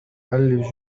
ألف